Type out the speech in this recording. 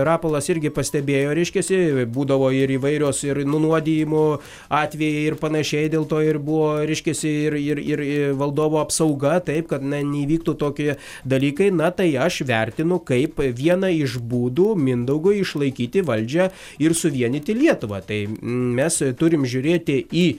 rapolas irgi pastebėjo reiškiasi būdavo ir įvairios ir nunuodijimo atvejai ir panašiai dėl to ir buvo reiškiasi ir ir ir valdovo apsauga taip kad na neįvyktų tokie dalykai na tai aš vertinu kaip vieną iš būdų mindaugui išlaikyti valdžią ir suvienyti lietuvą tai mes turim žiūrėti į